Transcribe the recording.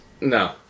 No